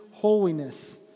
holiness